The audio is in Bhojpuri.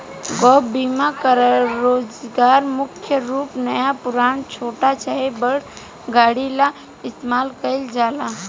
गैप बीमा कवरेज मुख्य रूप से नया पुरान, छोट चाहे बड़ गाड़ी ला इस्तमाल कईल जाला